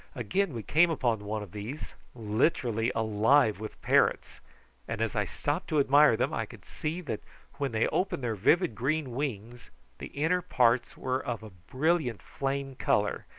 again we came upon one of these, literally alive with parrots and, as i stopped to admire them, i could see that when they opened their vivid green wings the inner parts were of a brilliant flame colour,